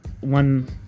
one